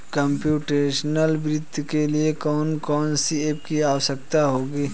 Computational वित्त के लिए कौन कौन सी एप की आवश्यकता होगी?